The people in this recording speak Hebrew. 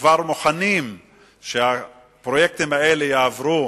והם מוכנים שהפרויקטים האלה יעברו